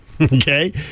Okay